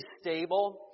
stable